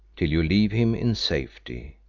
till you leave him in safety.